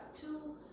two